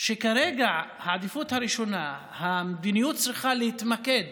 שכרגע העדיפות הראשונה המדיניות צריכה להתמקד